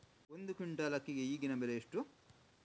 ಒಂದು ಕ್ವಿಂಟಾಲ್ ಅಕ್ಕಿಗೆ ಈಗಿನ ಬೆಲೆ ಎಷ್ಟು?